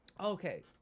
Okay